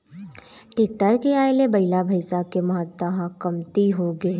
tractor के आए ले बइला, भइसा के महत्ता ह कमती होगे हे